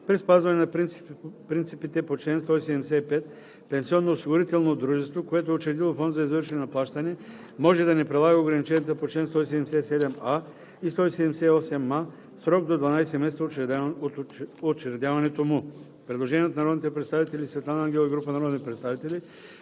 При спазване на принципите по чл. 175 пенсионноосигурително дружество, което е учредило фонд за извършване на плащания, може да не прилага ограниченията по чл. 177а и 178а в срок до 12 месеца от учредяването му.“ Предложение от народния представител Светлана Ангелова и група народни представители.